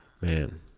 man